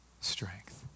strength